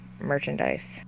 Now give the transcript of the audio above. merchandise